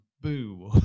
boo